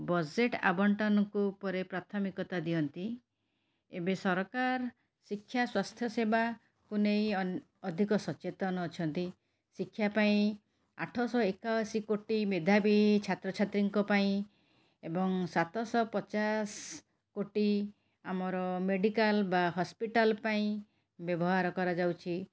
budget ଆବଣ୍ଟନକୁ ଉପରେ ପ୍ରାଥମିକତା ଦିଅନ୍ତି ଏବେ ସରକାର ଶିକ୍ଷା ସ୍ୱାସ୍ଥ୍ୟ ସେବାକୁ ନେଇ ଅଧିକ ସଚେତନ ଅଛନ୍ତି ଶିକ୍ଷା ପାଇଁ ଆଠଶହ ଏକାଅଶୀ କୋଟି ମେଧାବୀ ଛାତ୍ରଛାତ୍ରୀଙ୍କ ପାଇଁ ଏବଂ ସାତଶହ ପଚାଶ କୋଟି ଆମର ମେଡ଼ିକାଲ୍ ବା ହସ୍ପିଟାଲ୍ ପାଇଁ ବ୍ୟବହାର କରାଯାଉଛି